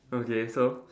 okay so